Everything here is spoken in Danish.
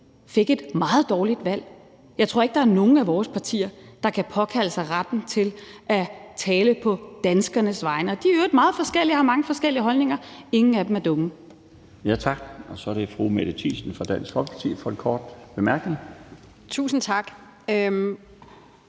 fik et meget dårligt valg. Jeg tror ikke, der er nogen af vores partier, der kan påkalde sig retten til at tale på danskernes vegne. De er i øvrigt meget forskellige, og har mange forskellige holdninger – ingen af dem er dumme.